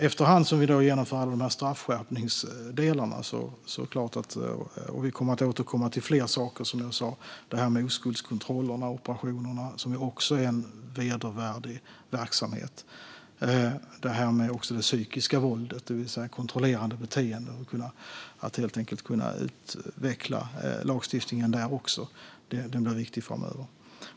Efter hand genomför vi alla dessa straffskärpningar, och vi kommer att återkomma till fler saker som detta med oskuldskontroller och operationer som också är en vedervärdig verksamhet. Det handlar också om att utveckla lagstiftning även när det gäller det psykiska våldet, det vill säga kontrollerande beteenden. Det är viktigt framöver.